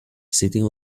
sitting